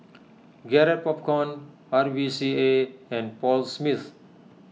Garrett Popcorn R V C A and Paul Smith